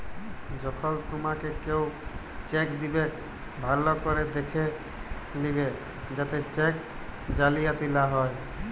যখল তুমাকে কেও চ্যাক দিবেক ভাল্য ক্যরে দ্যাখে লিবে যাতে চ্যাক জালিয়াতি লা হ্যয়